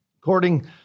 According